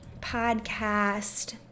podcast